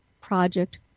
Project